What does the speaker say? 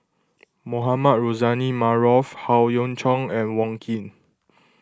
Mohamed Rozani Maarof Howe Yoon Chong and Wong Keen